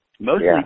mostly